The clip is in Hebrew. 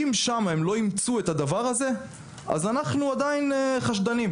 אם שמה הם לא אימצו את הדבר הזה אז אנחנו עדיין חשדנים.